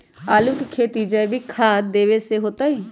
आलु के खेती जैविक खाध देवे से होतई?